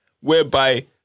Whereby